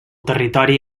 territori